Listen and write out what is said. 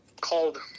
called